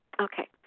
okay